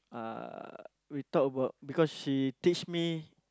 uh we talk about because she teach me